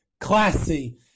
classy